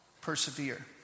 persevere